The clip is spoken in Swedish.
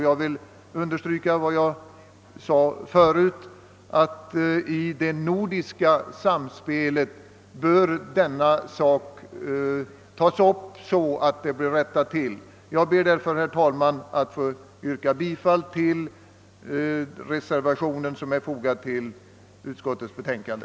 Jag vill understryka vad jag sade förut, att denna sak bör tas upp i nordiskt sammanhang och rättas till. Jag ber därför, herr talman, att få yrka bifall till reservationen som är fogad till utskottets betänkande.